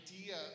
idea